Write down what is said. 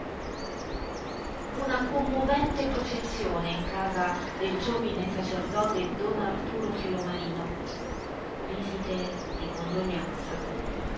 una commovente processione in casa del giovine sacerdote don arturo filomarino visite di condoglianza